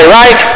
right